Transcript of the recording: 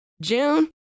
June